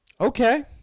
okay